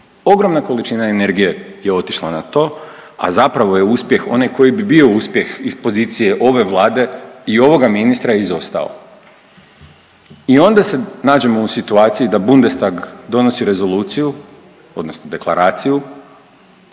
Ogromna količina energije je otišla na to, a zapravo je uspjeh, onaj koji bi bio uspjeh iz pozicije ove vlade i ovoga ministra izostao. I onda se nađemo u situaciji da Bundestag donosi rezoluciju odnosno deklaraciju